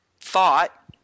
thought